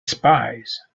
spies